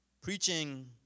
Preaching